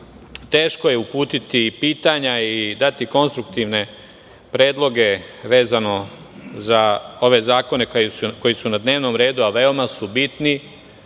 teško je uputiti pitanja i dati konstruktivne predloge vezano za ove zakone koji su na dnevnom redu, a veoma su bitni